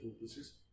purposes